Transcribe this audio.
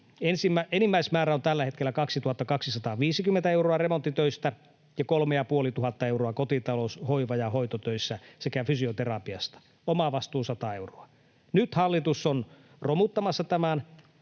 Enimmäismäärä on tällä hetkellä 2 250 euroa remonttitöistä ja 3 500 euroa kotitalous‑, hoiva‑ ja hoitotöistä sekä fysioterapiasta. Omavastuu 100 euroa. Nyt hallitus on romuttamassa tämän